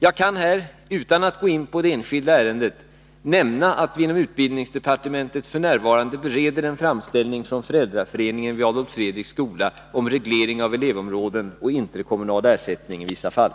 Jag kan här — utan att gå in på det enskilda ärendet — nämna att vi inom utbildningsdepartementet f. n. bereder en framställning från Föräldraföreningen vid Adolf Fredriks skola om reglering av elevområden och interkommunal ersättning i vissa fall.